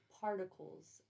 particles